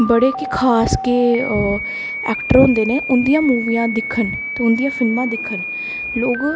बड़े गै खास गै एक्टर होंदे न उंदियां मुवियां दिक्खन ते उंदियां फिल्मां दिक्खन लोग